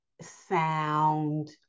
sound